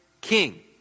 king